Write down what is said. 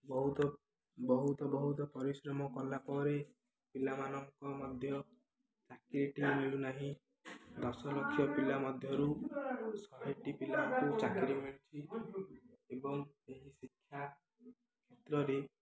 ବହୁତ ବହୁତ ବହୁତ ପରିଶ୍ରମ କଲାପରେ ପିଲାମାନଙ୍କୁ ମଧ୍ୟ ଚାକିରିଟିଏ ମିଳୁନାହିଁ ଦଶଲକ୍ଷ ପିଲା ମଧ୍ୟରୁ ଶହେଟି ପିଲାଙ୍କୁ ଚାକିରୀ ମିଳୁଛି ଏବଂ ଏହି ଶିକ୍ଷା କ୍ଷେତ୍ରରେ